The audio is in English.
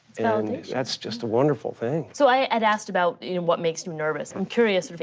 and that's just a wonderful thing. so i'd asked about you know what makes you nervous, i'm curious,